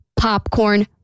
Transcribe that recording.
popcorn